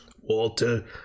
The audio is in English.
walter